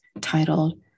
titled